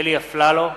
אלי אפללו,